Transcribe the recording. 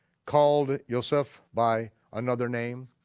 called yoseph by another name,